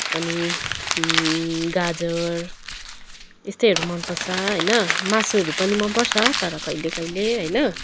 अनि गाजर यस्तैहरू मनपर्छ होइन मासुहरू पनि मनपर्छ तर कहिले कहिले होइन